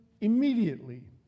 immediately